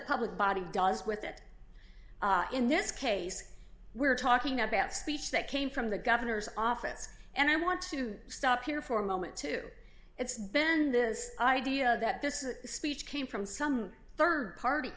public body does with it in this case we're talking about speech that came from the governor's office and i want to stop here for a moment to it's been this idea that this speech came from some rd party